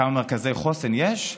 כמה מרכזי חוסן יש?